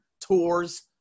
Tours